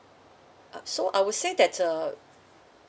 uh so I would say that uh